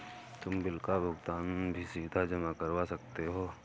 तुम बिल का भुगतान भी सीधा जमा करवा सकते हो